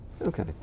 Okay